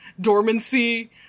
dormancy